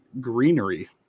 greenery